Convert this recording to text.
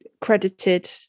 credited